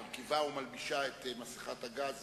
מגיע לו להגיע לדרגה של אלוף.